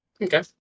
Okay